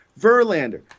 Verlander